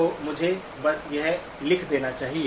तो मुझे बस यह लिख देना चाहिए